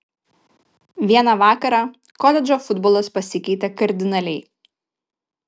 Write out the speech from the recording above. vieną vakarą koledžo futbolas pasikeitė kardinaliai